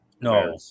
No